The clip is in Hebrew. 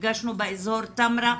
נפגשנו באזור סמרה,